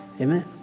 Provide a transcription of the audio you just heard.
Amen